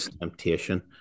temptation